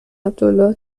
عبدالله